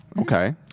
Okay